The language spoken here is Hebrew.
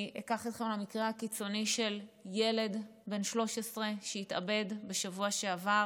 אני אקח אתכם למקרה הקיצוני של ילד בן 13 שהתאבד בשבוע שעבר